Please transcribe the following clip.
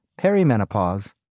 perimenopause